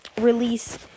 release